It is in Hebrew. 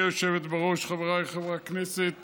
אנחנו עוברים להצעת